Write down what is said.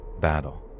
battle